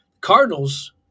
Cardinals